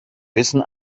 wissen